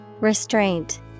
Restraint